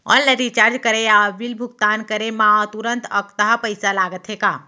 Online recharge या bill भुगतान करे मा तुरंत अक्तहा पइसा लागथे का?